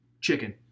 Chicken